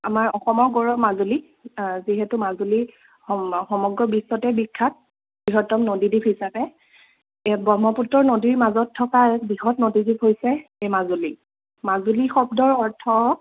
আমাৰ অসমৰ গৌৰৱ মাজুলী যিহেতু মাজুলী সম সমগ্ৰ বিশ্বতে বিখ্যাত বৃহত্তম নদীদ্বীপ হিচাপে এই ব্ৰহ্মপুত্ৰ নদীৰ মাজত থকা এক বৃহৎ নদীদ্বীপ হৈছে এই মাজুলী মাজুলীৰ শব্দৰ অৰ্থ